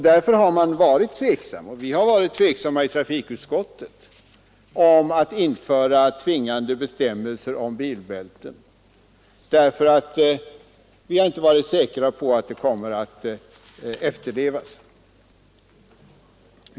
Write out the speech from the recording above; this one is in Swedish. Därför har vi varit tveksamma när det gäller att införa tvingande bestämmelser om användande av bilbälte — vi har inte varit säkra på att bestämmelserna kommer att efterlevas.